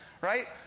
right